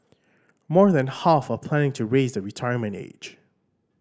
more than half are planning to raise the retirement age